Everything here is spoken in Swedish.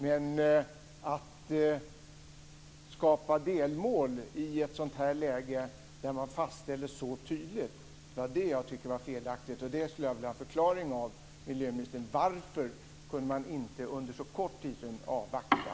Men att skapa delmål och fastställa dem så tydligt i det här läget var det som jag tyckte var felaktigt. Jag skulle vilja ha en förklaring av miljöministern till varför man inte under så kort tid kunde avvakta.